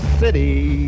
city